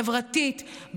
חברתית,